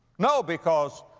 no, because,